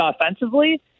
offensively